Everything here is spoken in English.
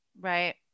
Right